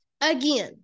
Again